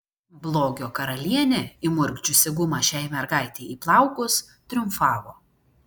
blogio karalienė įmurkdžiusi gumą šiai mergaitei į plaukus triumfavo